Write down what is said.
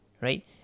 Right